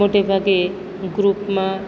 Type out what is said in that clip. મોટે ભાગે ગ્રુપમાં